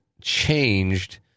changed